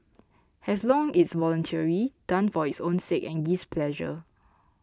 as long it's voluntary done for its own sake and gives pleasure